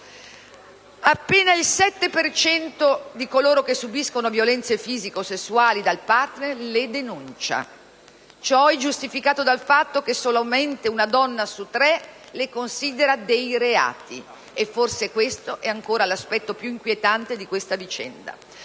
7 per cento di coloro che subiscono violenze fisiche o sessuali dal *partner* le denuncia. Ciò è giustificato dal fatto che solamente una donna su tre le considera dei reati e forse questo è ancora l'aspetto più inquietante di questa vicenda.